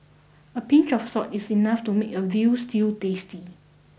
a pinch of salt is enough to make a veal stew tasty